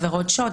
עבירות שוד,